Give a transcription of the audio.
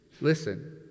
listen